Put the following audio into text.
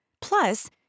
Plus